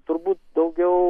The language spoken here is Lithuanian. turbūt daugiau